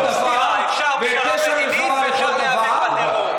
למה אתה רואה סתירה בין השלום לבין מלחמה בטרור?